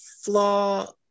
flaw